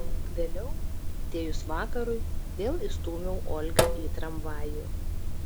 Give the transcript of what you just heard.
vėliau atėjus vakarui vėl įstūmiau olgą į tramvajų